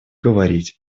говорить